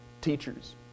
teachers